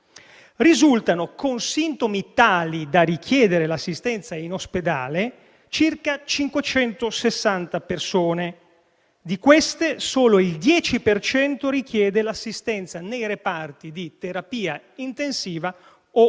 Risultano con sintomi tali da richiedere l'assistenza in ospedale circa 560 persone. Di queste solo il 10 per cento richiede l'assistenza nei reparti di terapia intensiva o